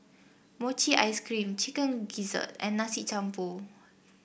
Mochi Ice Cream Chicken Gizzard and Nasi Campur